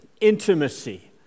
intimacy